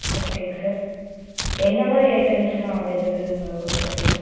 ஓகேங்க சார் எந்த மாதிரி ஐட்டம்ஸ்லாம் அவைலபுள் உங்கள் ஹோட்டலில்